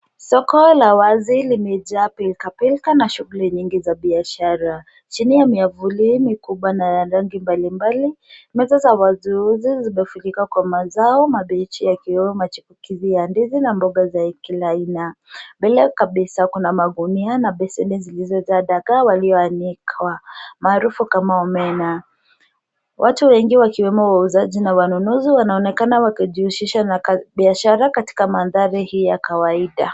Soko lawazi limejaa pilka pilka na shughuli nyingi za biashara. Chini ya miavuli, mikubwa na rangi mbali mbali. Meza za wazuuzi zimefurika kwa mazao, mabechi ya kiwuma, chikukizi ya ndizi na mboga zaikilaina. Bila kabisa kuna magunia na besi nizilizoza daga walio anikwa maarufu kama omena . Watu wengi wakiwemo wa uzaji na wanunuzi wanaonekana wakijihusisha na biashara katika mandhari hii ya kawaida.